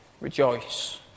rejoice